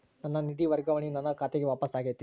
ನನ್ನ ನಿಧಿ ವರ್ಗಾವಣೆಯು ನನ್ನ ಖಾತೆಗೆ ವಾಪಸ್ ಆಗೈತಿ